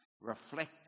reflect